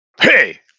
Hey